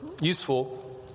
useful